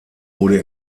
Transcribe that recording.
wurde